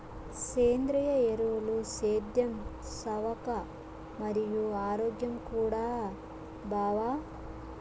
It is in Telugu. సేంద్రియ ఎరువులు సేద్యం సవక మరియు ఆరోగ్యం కూడా బావ